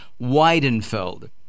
Weidenfeld